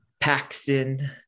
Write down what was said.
Paxton